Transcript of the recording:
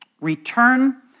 return